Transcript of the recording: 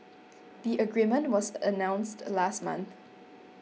the agreement was announced last month